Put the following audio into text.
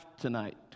tonight